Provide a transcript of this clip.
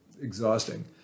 exhausting